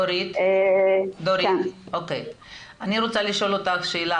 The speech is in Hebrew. דורית, אני רוצה לשאול אותך שאלה.